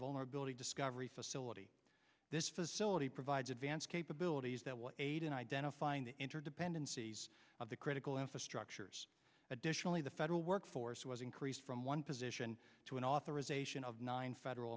vulnerability discovery facility this facility provides advanced capabilities that was aided identify find the interdependencies of the critical infrastructures additionally the federal workforce was increased from one position to an authorization of nine federal